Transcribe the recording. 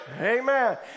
Amen